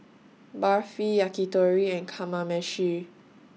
Barfi Yakitori and Kamameshi